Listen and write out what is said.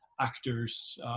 actors